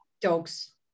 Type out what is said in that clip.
dogs